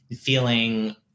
feeling